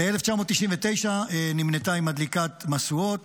ב-1999 נמנתה עם מדליקי המשואות,